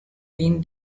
been